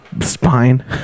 spine